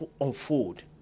unfold